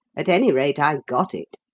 at any rate, i got it,